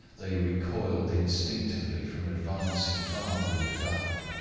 they recoiled instinctively from advancing further in the dark.